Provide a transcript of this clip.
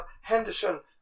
Henderson